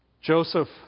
Joseph